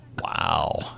Wow